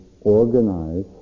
organize